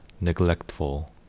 neglectful